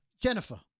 Jennifer